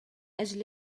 أجل